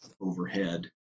overhead